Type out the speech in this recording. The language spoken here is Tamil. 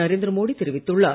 நரேந்திரமோடி தெரிவித்துள்ளார்